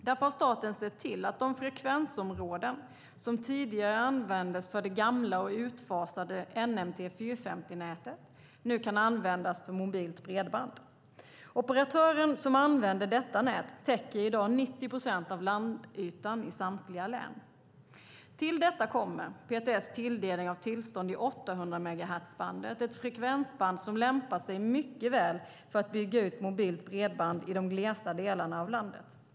Därför har staten sett till att de frekvensområden som tidigare användes för det gamla - och utfasade - NMT450-nätet nu kan användas för mobilt bredband. Operatören som använder detta nät täcker i dag 90 procent av landytan i samtliga län. Till detta kommer PTS tilldelning av tillstånd i 800 MHz-bandet, ett frekvensband som lämpar sig mycket väl för att bygga ut mobilt bredband i de glesa delarna av landet.